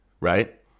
right